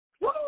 Woo